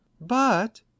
But